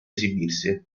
esibirsi